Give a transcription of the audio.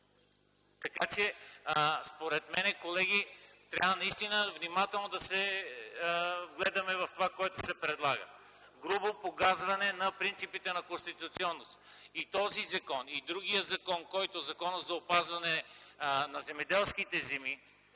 случи. Според мен, колеги, трябва наистина внимателно да се вгледаме в това, което се предлага. Грубо погазване на принципите на конституционност! И този закон, и другият – Законът за опазване на земеделските земи